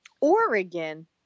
Oregon